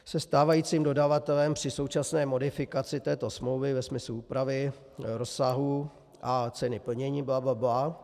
Se stávajícím dodavatelem při současné modifikaci této smlouvy ve smyslu úpravy, rozsahu a ceny plnění bla, bla, bla.